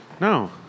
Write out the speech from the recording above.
No